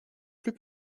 plus